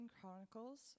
Chronicles